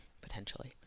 potentially